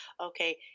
okay